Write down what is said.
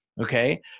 okay